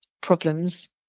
problems